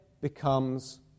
becomes